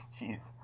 jeez